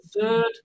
third